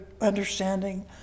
understanding